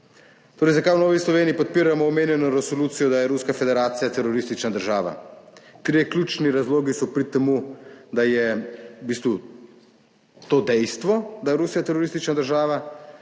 Torej, zakaj v Novi Sloveniji podpiramo omenjeno resolucijo, da je Ruska federacija teroristična država. Trije ključni razlogi so v prid temu, da je v bistvu to dejstvo, da je Rusija teroristična država,